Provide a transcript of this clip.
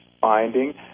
finding